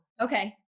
Okay